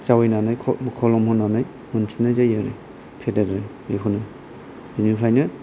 जावैनानै खोलोम होनानै मोनफिनाय जायो आरो फेदेरो बेखौनो बिनिखायनो